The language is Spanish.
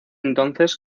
entonces